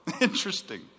Interesting